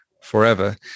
forever